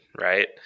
right